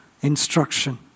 instruction